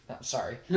Sorry